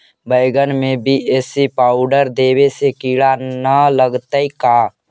बैगन में BAC powder देबे से किड़ा न लगतै का?